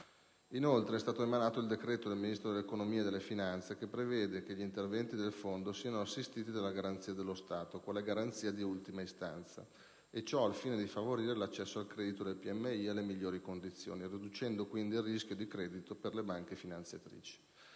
Inoltre, è stato emanato un decreto del Ministro dell'economia e delle finanze, che prevede che gli interventi del Fondo siano assistiti dalla garanzia dello Stato, quale garanzia di ultima istanza, e ciò al fine di favorire l'accesso al credito delle piccole e medie imprese alle migliori condizioni, riducendo il rischio di credito delle banche finanziatrici.